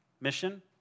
mission